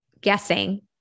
guessing